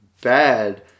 bad